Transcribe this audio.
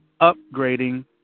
upgrading